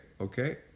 okay